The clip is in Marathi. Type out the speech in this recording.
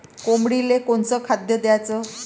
कोंबडीले कोनच खाद्य द्याच?